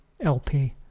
lp